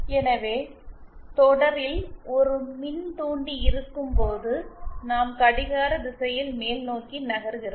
எனவே தொடரில் ஒரு மின்தூண்டி இருக்கும்போது நாம் கடிகார திசையில் மேல்நோக்கி நகர்கிறோம்